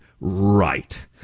right